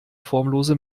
formlose